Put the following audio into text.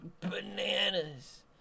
bananas